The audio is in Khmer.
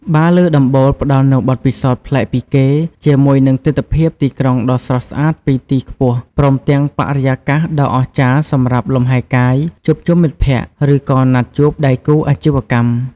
បារលើដំបូលផ្ដល់នូវបទពិសោធន៍ប្លែកពីគេ ជាមួយនឹងទិដ្ឋភាពទីក្រុងដ៏ស្រស់ស្អាតពីទីខ្ពស់ ព្រមទាំងបរិយាកាសដ៏អស្ចារ្យសម្រាប់លំហែកាយ ជួបជុំមិត្តភក្តិ ឬក៏ណាត់ជួបដៃគូអាជីវកម្ម។